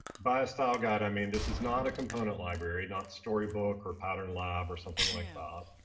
by a style guide, i mean this is not a component library. not storybook or patternlab or something like ah